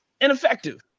ineffective